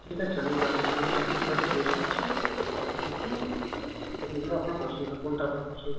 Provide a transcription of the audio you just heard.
ঠিক আছে আমি দাম আমি একটার পর একটা বের করছি আপনি দেখুন কোনগুলো আপনার পছন্দ কোনটা আপনার পছন্দ হয়